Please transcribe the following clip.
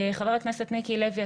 חבר הכנסת מיקי לוי,